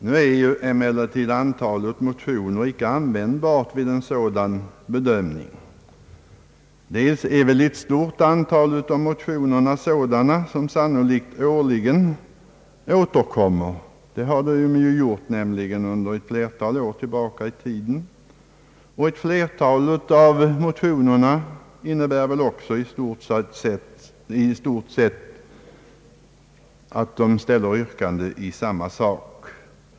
Nu är ju emellertid antalet motioner icke användbart vid en sådan bedömning. Dels är väl ett stort antal av motionerna sådana som sannolikt årligen återkommer — det har de ju gjort sedan ett flertal år — dels ställes väl i åtskilliga motioner yrkanden i samma sak.